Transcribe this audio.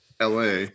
LA